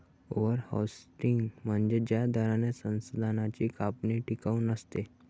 over harvesting म्हणजे ज्या दराने संसाधनांची कापणी टिकाऊ नसते